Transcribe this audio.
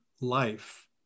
life